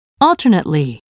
Alternately